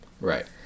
right